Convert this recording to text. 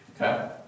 Okay